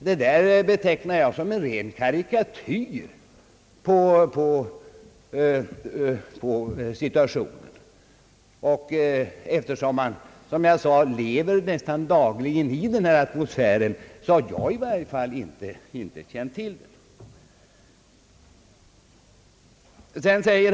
Detta betecknar jag som en ren karikatyr av situationen — jag lever, som sagt, nästan dagligen i kontakt med byggmarknaden och har inte märkt någonting av denna atmosfär.